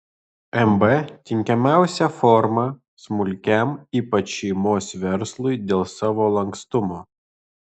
mb tinkamiausia forma smulkiam ypač šeimos verslui dėl savo lankstumo